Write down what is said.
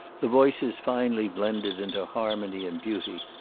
the voices finally blended into harmony and beauty.